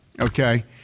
okay